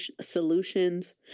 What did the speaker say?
solutions